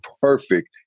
perfect